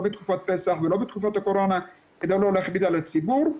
לא בתקופת פסח ולא בתקופת הקורונה כדי לא להכביד על הציבור,